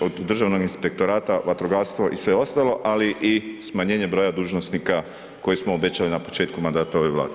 od Državnog inspektorata, vatrogastvo i sve ostalo ali i smanjenje broja dužnosnika koji smo obećali na početku mandata ove Vlade.